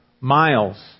miles